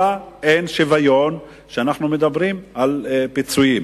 אין שוויון כשאנחנו מדברים על פיצויים.